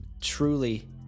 truly